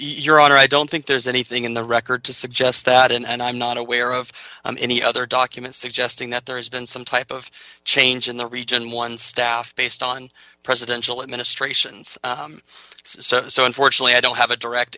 your honor i don't think there's anything in the record to suggest that and i'm not aware of any other document suggesting that there has been some type of change in the region one staff based on presidential administrations service so unfortunately i don't have a direct